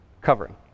covering